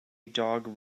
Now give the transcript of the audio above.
dog